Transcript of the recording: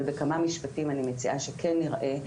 אבל בכמה משפטים אני מציעה שכן נראה.